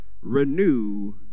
renew